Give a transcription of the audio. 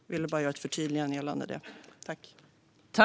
Jag ville bara göra ett förtydligande gällande detta.